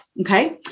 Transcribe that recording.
Okay